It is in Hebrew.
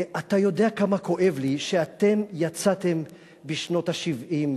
ואתה יודע כמה כואב לי שאתם יצאתם בשנות ה-70,